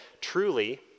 truly